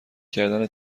کردن